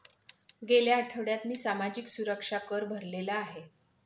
गेल्या आठवड्यात मी सामाजिक सुरक्षा कर भरलेला आहे